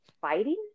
Fighting